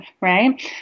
right